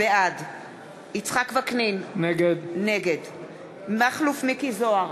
בעד יצחק וקנין, נגד מכלוף מיקי זוהר,